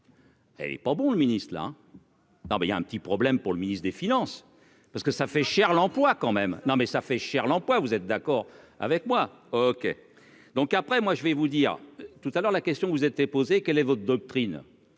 Elle est pas bon, le ministre-là. Non mais il y a un petit problème pour le ministre des finances, parce que ça fait cher l'emploi quand même non mais, ça fait cher l'emploi, vous êtes d'accord avec moi, OK, donc après, moi je vais vous dire tout à l'heure la question vous était posée : quel est votre doctrine